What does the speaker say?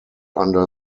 under